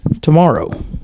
tomorrow